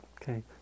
Okay